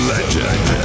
Legend